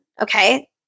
Okay